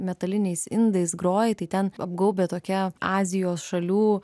metaliniais indais groji tai ten apgaubia tokia azijos šalių